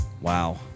Wow